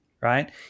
right